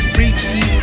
Freaky